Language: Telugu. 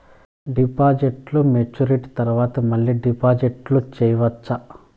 డిపాజిట్లు మెచ్యూరిటీ తర్వాత మళ్ళీ డిపాజిట్లు సేసుకోవచ్చా?